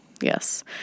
Yes